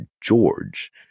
George